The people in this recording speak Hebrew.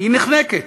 והיא נחנקת.